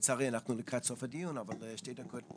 לצערי אנחנו לקראת סוף הדיון אז יש לך רק שתי דקות,